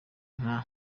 nka